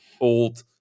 old